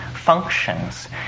functions